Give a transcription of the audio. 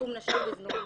שיקום נשים בזנות,